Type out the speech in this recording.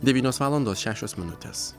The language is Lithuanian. devynios valandos šešios minutės